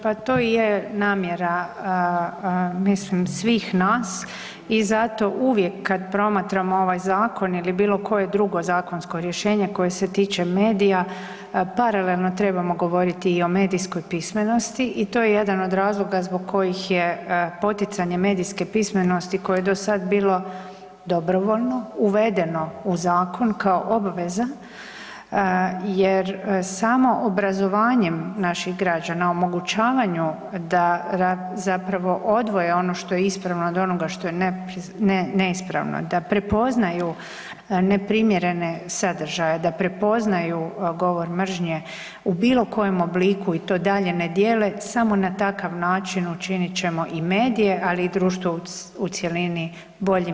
Pa to i je namjera mislim svih nas i zato uvijek kad promatramo ovaj zakon ili bilo koje drugo zakonsko rješenje koje se tiče medija paralelno trebamo govoriti i o medijskoj pismenosti i to je jedan od razloga zbog kojih je poticanje medijske pismenosti koje je do sada bilo dobrovoljno uvedeno u zakon kao obveza jer samo obrazovanjem naših građana omogućavanju da zapravo odvoje ono što je ispravno od onoga što je neispravno, da prepoznaju neprimjerene sadržaje, da prepoznaju govor mržnje u bilo kojem obliku i to dalje ne dijele, samo na takav način učinit ćemo i medije, ali i društvo u cjelini boljim i tolerantnijim.